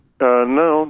No